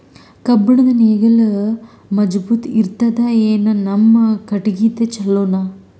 ಕಬ್ಬುಣದ್ ನೇಗಿಲ್ ಮಜಬೂತ ಇರತದಾ, ಏನ ನಮ್ಮ ಕಟಗಿದೇ ಚಲೋನಾ?